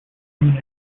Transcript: munich